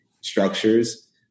structures